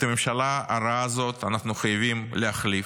את הממשלה הרעה הזאת אנחנו חייבים להחליף,